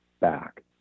back